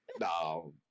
No